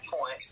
point